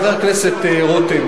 חבר הכנסת רותם,